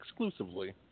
exclusively